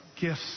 gifts